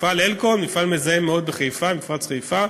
מפעל "אלקון", מפעל מזהם מאוד בחיפה, מפרץ חיפה,